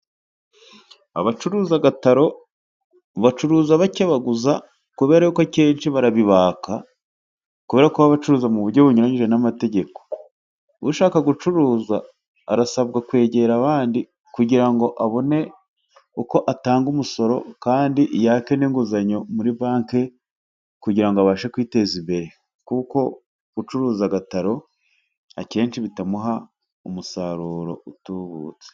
Abacuruza agataro bacuruza bakebaguza, kubera ko akenshi barabibaka kubera ko baba bacuruza mu buryo bunyuranyije n'amategeko, ushaka gucuruza arasabwa kwegera abandi kugira ngo abone uko atanga umusoro, kandi yake n'inguzanyo muri banki kugira ngo abashe kwiteza imbere, kuko gucuruza agataro akenshi bitamuha umusaruro utubutse.